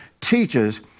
teaches